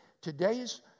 Today's